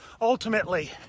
ultimately